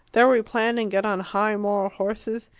there we plan and get on high moral horses.